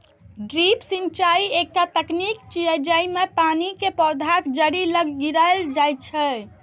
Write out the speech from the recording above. drip सिंचाइ एकटा तकनीक छियै, जेइमे पानि कें पौधाक जड़ि लग गिरायल जाइ छै